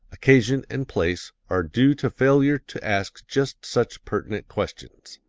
occasion and place are due to failure to ask just such pertinent questions.